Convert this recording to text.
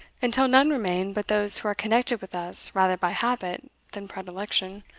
until none remain but those who are connected with us rather by habit than predilection,